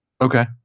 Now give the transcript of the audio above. okay